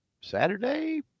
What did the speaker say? Saturday